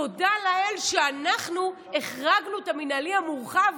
תודה לאל שאנחנו החרגנו את המינהלי המורחב